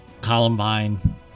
Columbine